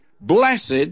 Blessed